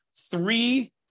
three